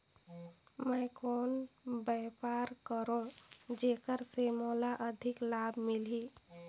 मैं कौन व्यापार करो जेकर से मोला अधिक लाभ मिलही?